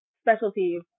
specialty